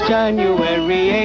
January